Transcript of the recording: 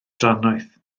drannoeth